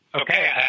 Okay